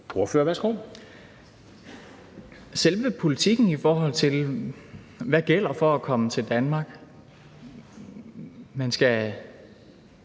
Petersen (S): Selve politikken i forhold til, hvad der gælder for at komme til Danmark – at man skal